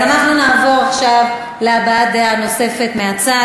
אז אנחנו נעבור עכשיו להבעת דעה נוספת מהצד,